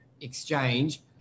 exchange